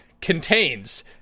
contains